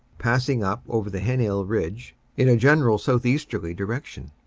passing up over the heninel ridge in a general southeasterly direction.